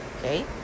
Okay